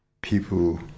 people